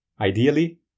Ideally